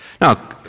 Now